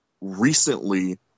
recently